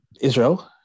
Israel